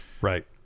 Right